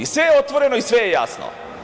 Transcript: Sve je otvoreno i sve je jasno.